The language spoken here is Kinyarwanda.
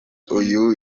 uyu